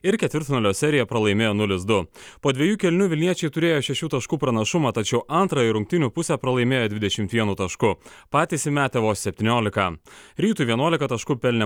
ir ketvirtfinalio seriją pralaimėjo nulis du po dviejų kėlinių vilniečiai turėjo šešių taškų pranašumą tačiau antrąją rungtynių pusę pralaimėjo dvidešimt vienu tašku patys įmetę vos septyniolika rytui vienuolika taškų pelnė